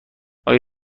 آیا